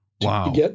Wow